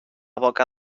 boca